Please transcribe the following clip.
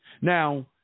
Now